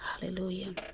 Hallelujah